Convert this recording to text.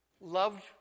Loved